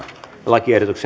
lakiehdotus